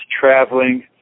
traveling